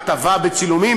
הטבה בצילומים,